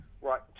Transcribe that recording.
right